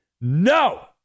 no